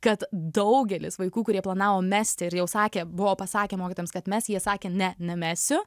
kad daugelis vaikų kurie planavo mesti ir jau sakė buvo pasakę mokytojams kad mes jie sakė ne nemesiu